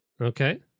Okay